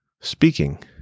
Speaking